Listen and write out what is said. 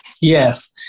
Yes